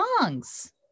songs